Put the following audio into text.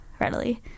readily